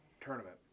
tournament